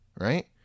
Right